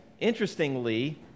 interestingly